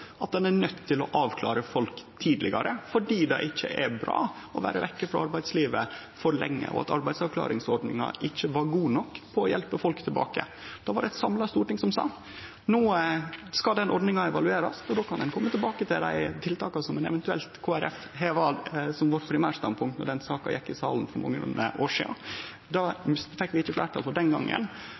at ein er nøydd til å avklare folk tidlegare fordi det ikkje er bra å vere vekke frå arbeidslivet for lenge, og at arbeidsavklaringsordninga ikkje var god nok på å hjelpe folk tilbake. Det var det eit samla storting som sa. No skal ordninga evaluerast, og då kan ein eventuelt kome tilbake til dei tiltaka som Kristeleg Folkeparti hadde som primærstandpunkt då saka gjekk i salen her for nokre år sidan. Det fekk vi ikkje fleirtal for den gongen,